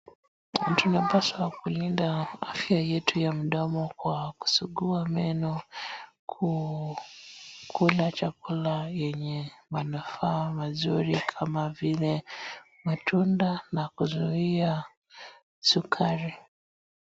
Tunapaswa kulinda afya yetu ya mdomo kwa kusugua meno, kula chakula yenye manufaa mazuri kama vile matunda na kuzuia sukari.